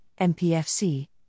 MPFC